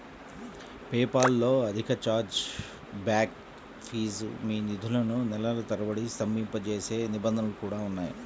PayPal లో అధిక charge back fees, మీ నిధులను నెలల తరబడి స్తంభింపజేసే నిబంధనలు కూడా ఉన్నాయి